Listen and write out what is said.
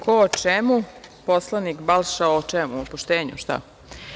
Ko o čemu, poslanik Balša o, čemu, o poštenju, šta?